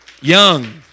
Young